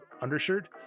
undershirt